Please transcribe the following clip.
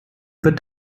wird